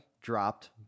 dropped